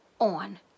on